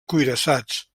cuirassats